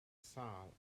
sâl